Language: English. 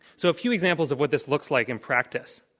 so a few examples of what this looks like in practice,